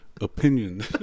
opinion